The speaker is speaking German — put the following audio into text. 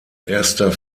erster